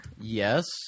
Yes